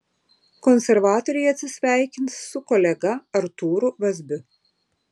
konservatoriai atsisveikins su kolega artūru vazbiu